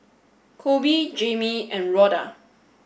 Koby Jamie and Rhoda